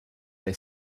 they